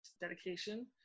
dedication